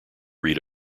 read